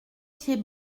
pieds